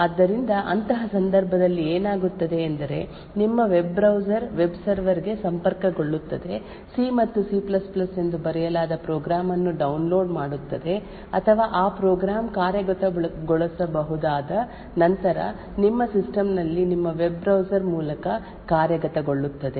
ಆದ್ದರಿಂದ ಅಂತಹ ಸಂದರ್ಭದಲ್ಲಿ ಏನಾಗುತ್ತದೆ ಎಂದರೆ ನಿಮ್ಮ ವೆಬ್ ಬ್ರೌಸರ್ ವೆಬ್ ಸರ್ವರ್ ಗೆ ಸಂಪರ್ಕಗೊಳ್ಳುತ್ತದೆ ಸಿ ಮತ್ತು ಸಿ C ಎಂದು ಬರೆಯಲಾದ ಪ್ರೋಗ್ರಾಂ ಅನ್ನು ಡೌನ್ಲೋಡ್ ಮಾಡುತ್ತದೆ ಅಥವಾ ಆ ಪ್ರೋಗ್ರಾಂ ಕಾರ್ಯಗತಗೊಳಿಸಬಹುದಾದ ನಂತರ ನಿಮ್ಮ ಸಿಸ್ಟಮ್ ನಲ್ಲಿ ನಿಮ್ಮ ವೆಬ್ ಬ್ರೌಸರ್ ಮೂಲಕ ಕಾರ್ಯಗತಗೊಳ್ಳುತ್ತದೆ